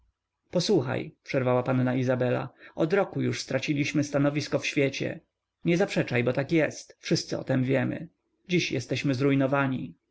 posłuchaj przerwała panna izabela od roku już straciliśmy stanowisko w świecie nie zaprzeczaj bo tak jest wszyscy o tem wiemy dziś jesteśmy zrujnowani